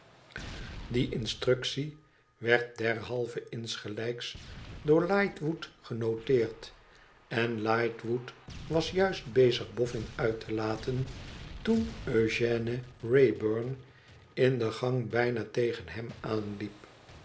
die instructie werd derhalve insgelijks door lightwood genoteerd en lightwood was juist bezig boffin uit te laten toen eugène wraybum in de gang bijna tegen hem aanliep